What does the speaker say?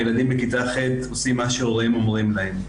הילדים בכיתה ח' עושים מה שההורים אומרים להם.